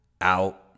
out